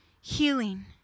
Healing